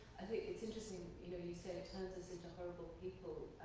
i think it's interesting, you know you say it turns us into horrible people.